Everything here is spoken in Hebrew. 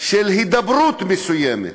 של הידברות מסוימת?